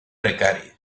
precari